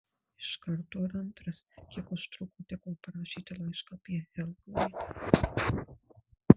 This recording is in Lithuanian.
iš karto ir antras kiek užtrukote kol parašėte laišką apie ei klaidą